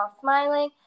smiling